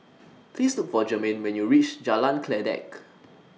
Please Look For Germaine when YOU REACH Jalan Kledek